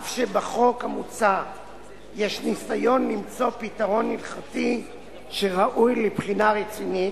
אף שבחוק המוצע יש ניסיון למצוא פתרון הלכתי שראוי לבחינה רצינית,